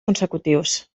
consecutius